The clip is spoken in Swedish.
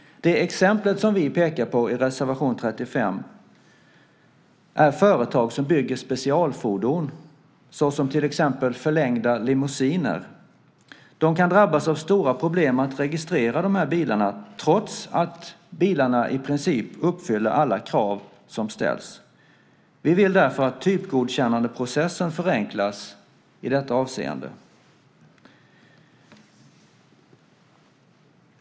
Det exempel som vi pekar på i reservation 35 är företag som bygger specialfordon, såsom till exempel förlängda limousiner. De kan drabbas av stora problem att registrera bilarna trots att de i princip uppfyller alla krav som ställs. Vi vill därför att typgodkännandeprocessen förenklas i detta avseende.